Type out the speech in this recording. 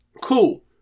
Cool